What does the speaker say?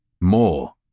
More